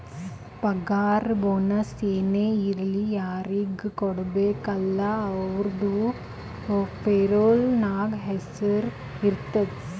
ಪಗಾರ ಬೋನಸ್ ಏನೇ ಇರ್ಲಿ ಯಾರಿಗ ಕೊಡ್ಬೇಕ ಅಲ್ಲಾ ಅವ್ರದು ಪೇರೋಲ್ ನಾಗ್ ಹೆಸುರ್ ಇರ್ತುದ್